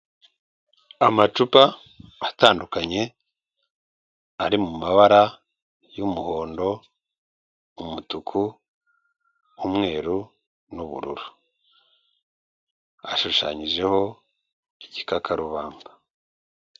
Amacupa atandukanye ari mu mabara y'umuhondo, umutuku, umweru, n'ubururu, ashushanyijeho igikakarubamba.